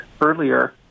earlier